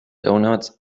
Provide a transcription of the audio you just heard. doughnuts